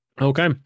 Okay